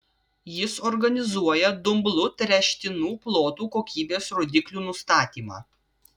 jis organizuoja dumblu tręštinų plotų kokybės rodiklių nustatymą